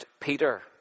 Peter